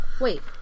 Wait